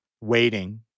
waiting